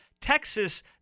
Texas